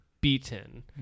beaten